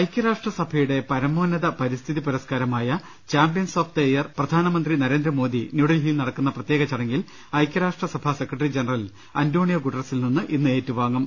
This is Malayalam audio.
ഐക്യരാഷ്ട്രസഭയുടെ പരമോന്നത പരിസ്ഥിതി പുരസ്കാരമായ ചാമ്പ്യൻസ് ഓഫ് ദ ഇയർ പ്രധാനമന്ത്രി നരേന്ദ്രമോദി ന്യൂഡൽഹിയിൽ നട ക്കുന്ന പ്രത്യേക ചടങ്ങിൽ ഐക്യരാഷ്ട്രസഭാ സെക്രട്ടറി ജനറൽ അന്റോണിയോ ഗുട്ടറസ്സിൽ നിന്ന് ഇന്ന് ഏറ്റുവാങ്ങും